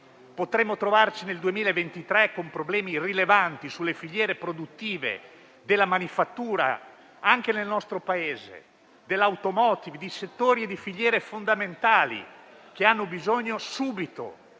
potremmo trovarci con problemi rilevanti sulle filiere produttive della manifattura (anche nel nostro Paese), dell'*automotive*, di settori e di filiere fondamentali, che hanno bisogno subito